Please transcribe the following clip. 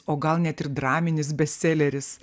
o gal net ir draminis bestseleris